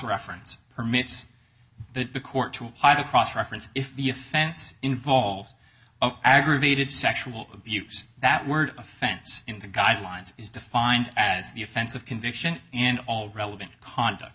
reference permits that the court to apply to cross reference if the offense involves aggravated sexual abuse that word offense in the guidelines is defined as the offense of conviction and all relevant honda